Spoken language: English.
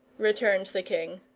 returned the king.